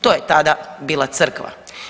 To je tada bila crkva.